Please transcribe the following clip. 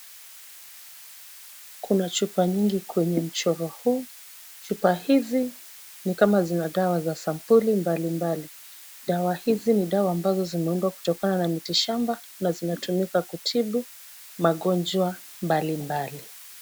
Kuna chupa nyingi kwenye mchoro huu. Chupa hizi ni kama zina dawa za sampuli mbalimbali. Dawa hizi ni dawa ambazo zimeundwa kutokana na miti shamba na zinatumika kutibu magonjwa mbali mbali.